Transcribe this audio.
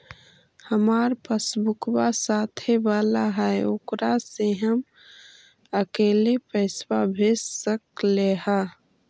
हमार पासबुकवा साथे वाला है ओकरा से हम अकेले पैसावा भेज सकलेहा?